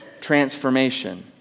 transformation